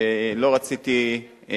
שלא רציתי,